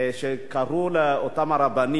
שקראו לאותם הרבנים: